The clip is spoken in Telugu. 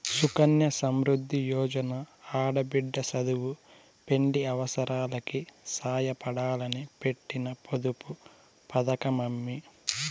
సుకన్య సమృద్ది యోజన ఆడబిడ్డ సదువు, పెండ్లి అవసారాలకి సాయపడాలని పెట్టిన పొదుపు పతకమమ్మీ